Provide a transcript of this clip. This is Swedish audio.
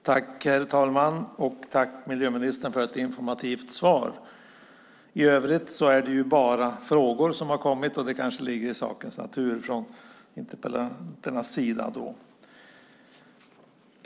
Herr talman! Tack, miljöministern, för ett informativt svar. I övrigt är det bara frågor som har kommit från interpellanternas sida, och det kanske ligger i sakens natur.